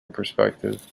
perspective